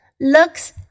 looks